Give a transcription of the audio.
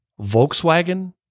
Volkswagen